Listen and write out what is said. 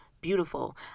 beautiful